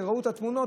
כשראו את התמונות,